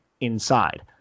inside